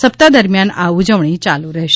સપ્તાહ દરમિયાન આ ઉજવણી ચાલુ રહેશે